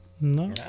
no